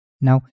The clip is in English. Now